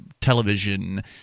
television